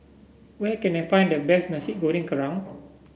where can I find the best Nasi Goreng Kerang